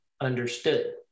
understood